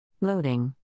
Loading